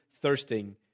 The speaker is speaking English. thirsting